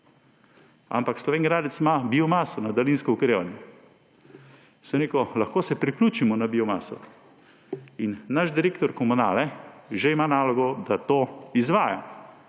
Ampak Slovenj Gradec ima biomaso na daljinsko ogrevanje. Sem rekel, da se lahko priključimo na biomaso in naš direktor komunale že ima nalogo, da to izvaja.